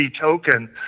token